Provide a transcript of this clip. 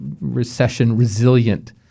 recession-resilient